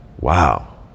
Wow